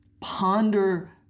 Ponder